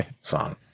song